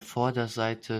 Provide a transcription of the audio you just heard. vorderseite